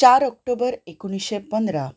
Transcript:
चार ऑक्टोबर एकोणीशें पंदरा